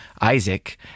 Isaac